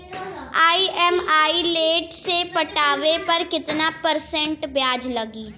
EMI late से पटावे पर कितना परसेंट ब्याज लगी?